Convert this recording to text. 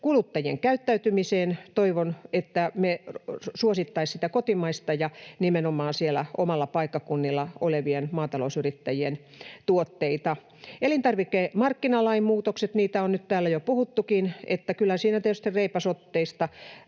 kuluttajien käyttäytymiseen liittyen toivon, että me suosittaisiin kotimaista ja nimenomaan siellä omalla paikkakunnalla olevien maatalousyrittäjien tuotteita. Elintarvikemarkkinalain muutoksista on nyt täällä jo puhuttukin. Kyllä siinä tietysti reipasotteista